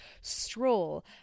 Stroll